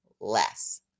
less